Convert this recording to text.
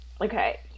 okay